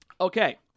okay